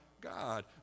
God